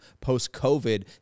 post-COVID